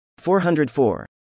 404